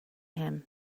him